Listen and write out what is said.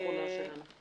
זו הישיבה האחרונה שלנו.